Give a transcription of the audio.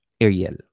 Ariel